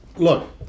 Look